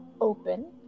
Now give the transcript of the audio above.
open